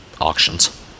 auctions